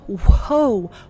whoa